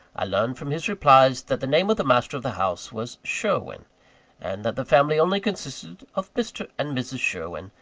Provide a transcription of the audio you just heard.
i learned from his replies, that the name of the master of the house was sherwin and that the family only consisted of mr. and mrs. sherwin,